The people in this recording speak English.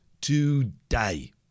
today